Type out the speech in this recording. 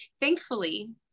thankfully